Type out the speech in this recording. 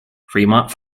fremont